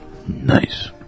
Nice